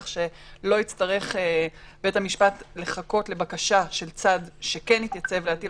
כך שלא יצטרך בית המשפט לחכות לבקשה של צד שכן התייצב להטיל